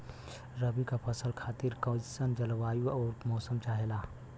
रबी क फसल खातिर कइसन जलवाय अउर मौसम चाहेला?